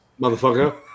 Motherfucker